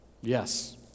Yes